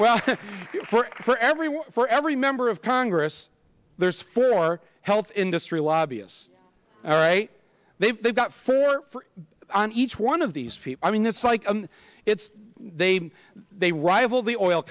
well for for everyone for every member of congress there's four health industry lobbyists all right they've got for on each one of these people i mean it's like it's they they rival the oil